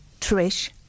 Trish